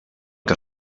que